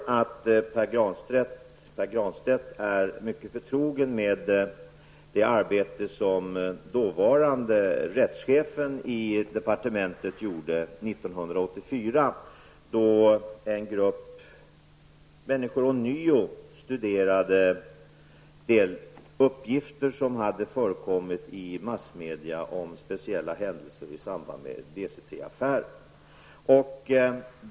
Jag tror att Pär Granstedt är mycket förtrogen med det arbete som dåvarande rättschefen i departementet gjorde 1984, då en grupp människor ånyo studerade de uppgifter som hade förekommit i massmedia om speciella händelser i samband med DC3-affären.